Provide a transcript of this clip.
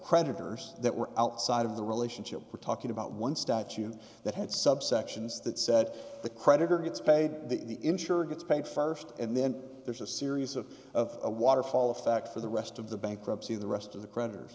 creditors that were outside of the relationship we're talking about one statute that had subsections that said the creditor gets paid the insurer gets paid st and then there's a series of of a waterfall effect for the rest of the bankruptcy the rest of the creditors